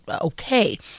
okay